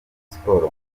sports